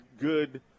good